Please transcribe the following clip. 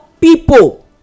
people